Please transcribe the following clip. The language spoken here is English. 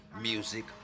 music